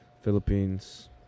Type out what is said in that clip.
philippines